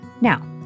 Now